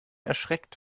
erschreckt